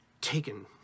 taken